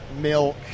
milk